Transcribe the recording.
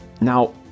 Now